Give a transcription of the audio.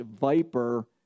viper